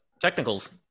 technicals